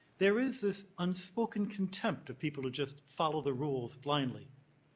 there is this unspoken contempt of people who just follow the rules blindly.